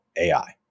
AI